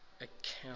account